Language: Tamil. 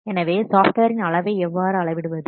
எனவே சாஃப்ட்வேரின் அளவை எவ்வாறு அளவிடுவது